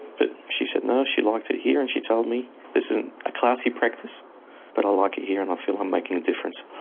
but she said no, she liked it here and she told me this isn't a classy practice but i like it here and i feel i'm making a difference.